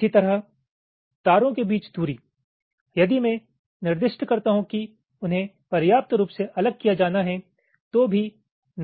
इसी तरह तारों के बीच दूरी यदि मैं निर्दिष्ट करता हूं कि उन्हें पर्याप्त रूप से अलग किया जाना है तो भी